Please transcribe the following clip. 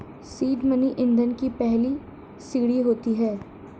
seed money ईंधन की पहली सीढ़ी होता है